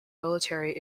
military